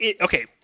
okay